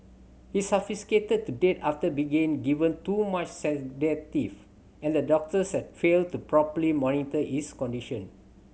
he suffocated to death after begin given too much sedative and the doctors had failed to properly monitor his condition